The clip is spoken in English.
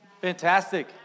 Fantastic